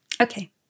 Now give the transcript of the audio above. Okay